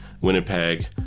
Winnipeg